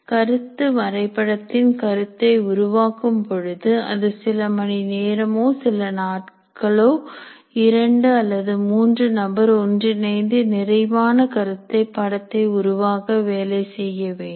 கருத்து வரைபடத்தின் கருத்தை உருவாக்கும் பொழுது அது சில மணி நேரமோ சில நாட்களோ இரண்டு அல்லது மூன்று நபர் ஒன்றிணைந்து நிறைவான கருத்து படத்தை உருவாக்க வேலை செய்யவேண்டும்